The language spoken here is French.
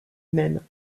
même